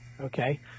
okay